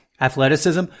athleticism